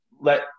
let